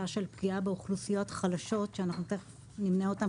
של פגיעה באוכלוסיות חלשות שאנחנו תיכף נמנה אותן,